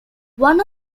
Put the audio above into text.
one